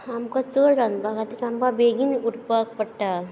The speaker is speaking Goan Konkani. आमकां चड रांदपा खातीर आमकां बेगीन उठपाक पडटा